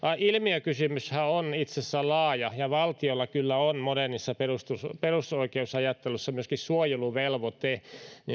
ilmiökysymyshän on itse asiassa laaja ja valtiolla kyllä on modernissa perusoikeusajattelussa myöskin suojeluvelvoite